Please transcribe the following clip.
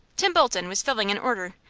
tim bolton was filling an order,